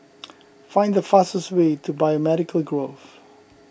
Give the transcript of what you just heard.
find the fastest way to Biomedical Grove